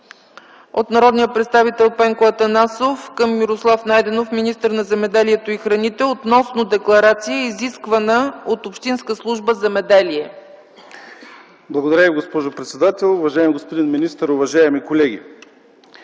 от народния представител Пенко Атанасов към Мирослав Найденов – министър на земеделието и храните, относно декларация, изисквана от Общинска служба „Земеделие”. ПЕНКО АТАНАСОВ (КБ): Благодаря Ви, госпожо председател. Уважаеми господин министър, уважаеми колеги!